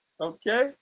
Okay